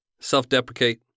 self-deprecate